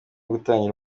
gutangira